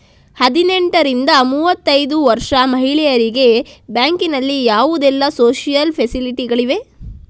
ಹದಿನೆಂಟರಿಂದ ಮೂವತ್ತೈದು ವರ್ಷ ಮಹಿಳೆಯರಿಗೆ ಬ್ಯಾಂಕಿನಲ್ಲಿ ಯಾವುದೆಲ್ಲ ಸೋಶಿಯಲ್ ಫೆಸಿಲಿಟಿ ಗಳಿವೆ?